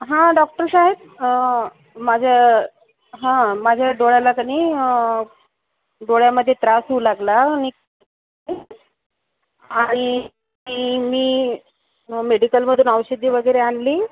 हा डॉक्टर साहेब माझ्या हा माझ्या डोळ्यांना का नाही डोळ्यामध्ये त्रास होऊ लागला आणि मी मेडिकलमधून औषधे वगैरे आणली